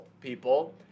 people